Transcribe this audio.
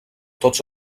tots